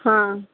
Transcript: ಹಾಂ